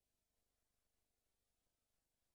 מתי קרה שהוא לא החמיץ דיון?